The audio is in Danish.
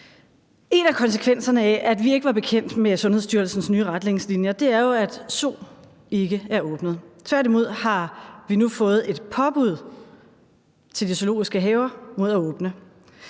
En af konsekvenserne af, at vi ikke var bekendt med Sundhedsstyrelsens nye retningslinjer, er jo, at Zoo ikke er åbnet. Tværtimod har vi nu fået et påbud til de zoologiske haver mod at åbne.